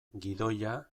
gidoia